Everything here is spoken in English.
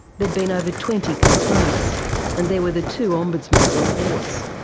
there'd been over twenty complaints and there were the two ombudsmen's reports.